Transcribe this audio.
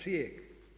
Čijeg?